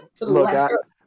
Look